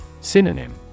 Synonym